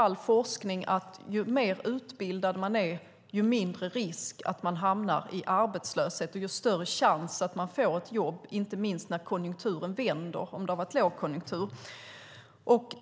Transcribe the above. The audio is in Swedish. All forskning visar att ju mer utbildad man är, desto mindre är risken att man hamnar i arbetslöshet och desto större är chansen att man får ett jobb, inte minst när konjunkturen vänder om det har varit lågkonjunktur.